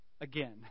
again